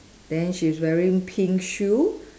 then she's wearing pink shoe